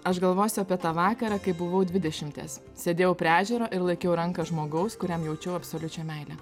aš galvosiu apie tą vakarą kai buvau dvidešimties sėdėjau prie ežero ir laikiau ranką žmogaus kuriam jaučiau absoliučią meilę